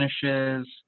finishes